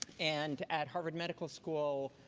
and at harvard medical school,